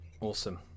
Awesome